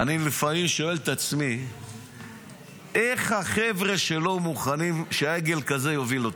אני לפעמים שואל את עצמי איך החבר'ה שלו מוכנים שעגל כזה יוביל אותם.